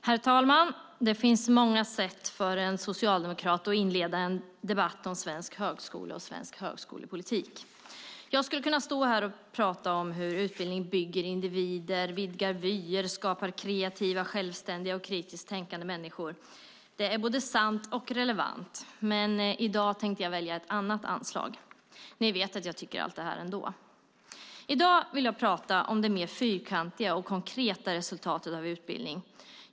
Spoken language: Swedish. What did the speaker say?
Herr talman! Det finns många sätt för en socialdemokrat att inleda en debatt om svensk högskola och svensk högskolepolitik. Jag skulle kunna stå här och tala om hur utbildning bygger individer, vidgar vyer och skapar kreativa, självständiga och kritiskt tänkande människor. Det är både sant och relevant. Men i dag tänkte jag välja ett annat anslag. Ni vet ändå att jag tycker allt detta. I dag vill jag tala om det mer fyrkantiga och konkreta resultatet av utbildning.